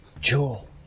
Jewel